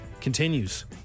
continues